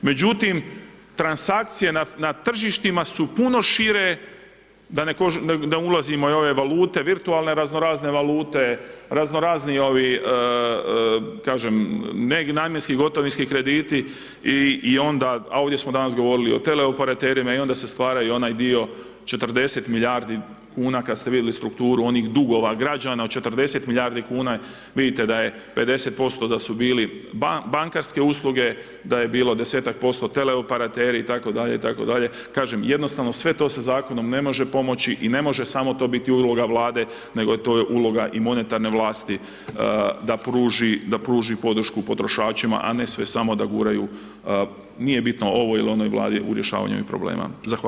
Međutim transakcije na tržištima su puno šire da ne ulazimo i u ove valute, virtualne razno razne valute, razno razni ovi kažem nenamjenski gotovinski krediti i onda, a ovdje smo danas govorili i o teleoperaterima i onda i onda se stvaraju onaj dio 40 milijardi kuna kad ste vidjeli strukturu onih dugova građana od 40 milijardi kuna, vidite da je 50% da su bili bankarske usluge, da je bilo 10% teleoperateri itd., itd., kažem jednostavno sve to se zakonom ne može pomoći i ne može samo to biti uloga Vlade, nego je to i uloga i monetarne vlasti da pruži podršku potrošačima, a ne sve samo da guraju nije bitno ovoj il onoj vladi u rješavanju ovih problema.